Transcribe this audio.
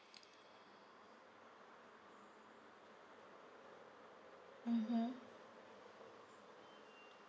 mmhmm